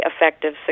effective